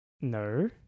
No